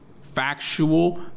factual